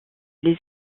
les